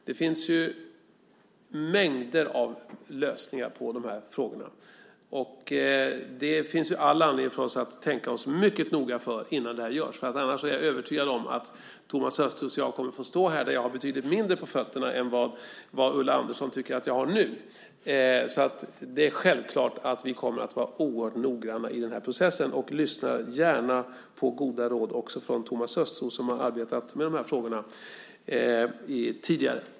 Det finns mängder av lösningar på dessa frågor, och därför finns det all anledning för oss att tänka oss för mycket noga innan det görs. Om vi inte gör det är jag övertygad om att Thomas Östros och jag kommer att få stå här med betydligt mindre på fötterna än Ulla Andersson nu tycker att jag har. Självklart kommer vi att vara oerhört noggranna i den här processen, och vi lyssnar gärna på goda råd också från Thomas Östros, som ju arbetat med de här frågorna tidigare.